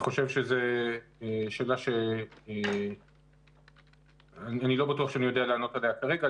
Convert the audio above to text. זאת שאלה שאני לא בטוח שאני יודע לענות עליה כרגע.